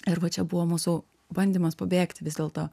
ir va čia buvo mūsų bandymas pabėgti vis dėlto